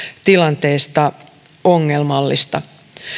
tilanteesta ongelmallista